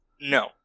No